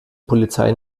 polizei